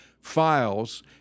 files